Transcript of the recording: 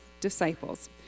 disciples